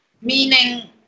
Meaning